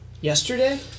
Yesterday